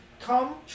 Come